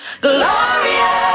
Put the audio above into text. glorious